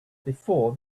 before